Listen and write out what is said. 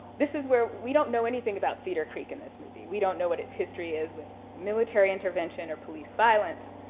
this is where, we don't know anything about cedar creek in this movie, we don't know what it's history is with military intervention or police violence,